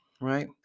right